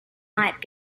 might